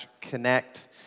connect